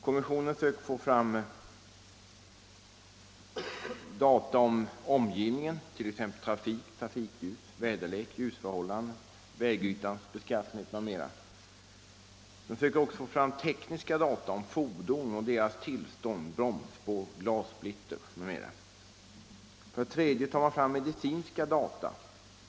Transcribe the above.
Kommissionen söker få fram data om omgivningen, t.ex. trafik, trafikljus, väderlek, ljusförhållanden, vägytans beskaffenhet m.m. Den söker vidare få fram tekniska data om fordonen och deras tillstånd, bromsspår, glassplitter m.m. Likaså tar kommissionen fram medicinska data.